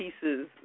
pieces